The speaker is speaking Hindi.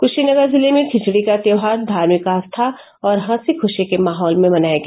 कुशीनगर जिले में खिचड़ी का त्यौहार धार्मिक आस्था और हसी खुशी के माहौल में मनाया गया